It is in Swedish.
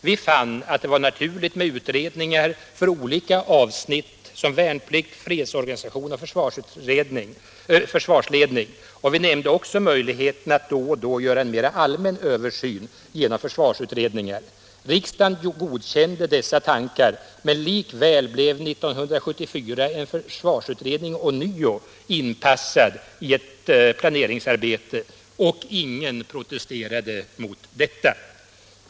Vi fann att det var naturligt med utredningar för olika avsnitt som värnplikt, fredsorganisation och försvarsledning, och vi nämnde också möjligheten att då och då göra en mera allmän översyn genom försvarsutredningar. Riksdagen godkände dessa tankar, men likväl blev 1974 en försvarsutredning ånyo inpassad i planeringsarbetet — och ingen protesterade mot detta.